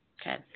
okay